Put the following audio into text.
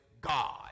God